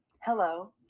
Hello